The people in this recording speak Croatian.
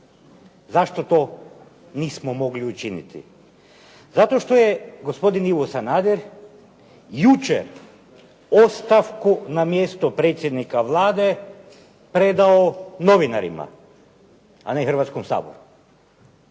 Zašto to nismo mogli učiniti? Zato što je gospodin Ivo Sanader jučer ostavku na mjesto predsjednika Vlade predao novinarima, a ne Hrvatskom saboru.